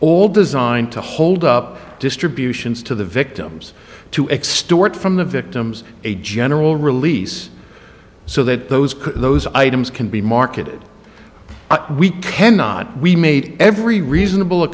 all designed to hold up distributions to the victims to extort from the victims a general release so that those those items can be marketed we cannot we made every reasonable a